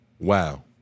Wow